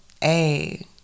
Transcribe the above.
hey